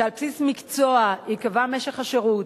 שעל בסיס מקצוע ייקבע משך השירות,